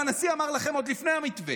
גם הנשיא אמר לכם, עוד לפני המתווה.